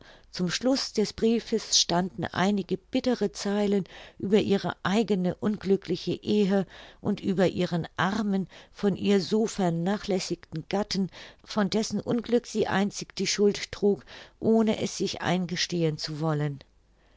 am schluß des briefes standen einige bittere zeilen über ihre eigene unglückliche ehe und über ihren armen von ihr so vernachlässigten gatten von dessen unglück sie einzig die schuld trug ohne es sich eingestehen zu wollen